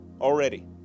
already